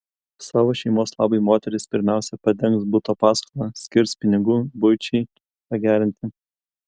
savo šeimos labui moteris pirmiausia padengs buto paskolą skirs pinigų buičiai pagerinti